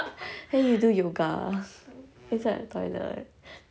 you can do yoga inside the toilet